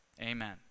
amen